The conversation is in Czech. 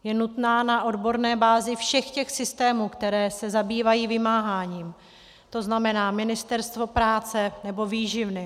Je nutná na odborné bázi všech těch systémů, které se zabývají vymáháním, to znamená Ministerstvo práce nebo výživným.